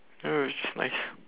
go and watch it's nice